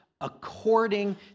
according